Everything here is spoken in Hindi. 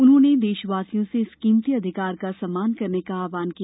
उन्होंने देशवासियों से इस कीमती अधिकार का सम्मान करने का आहवान किया